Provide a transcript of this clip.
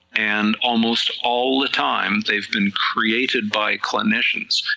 and almost all the time they've been created by clinicians,